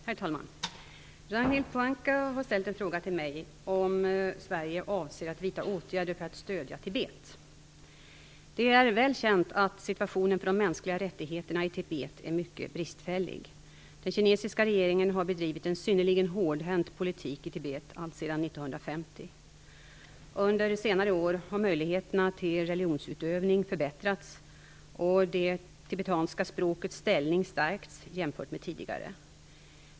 Herr talman! Ragnhild Pohanka har ställt en fråga till mig om Sverige avser att vidta åtgärder för att stödja Tibet. Det är väl känt att situationen för de mänskliga rättigheterna i Tibet är mycket bristfällig. Den kinesiska regeringen har bedrivit en synnerligen hårdhänt politik i Tibet alltsedan 1950. Under senare år har möjligheterna till religionsutövning förbättrats och det tibetanska språkets ställning har stärkts jämfört med tidigare.